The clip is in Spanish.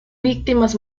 víctimas